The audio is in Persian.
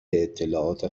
اطلاعات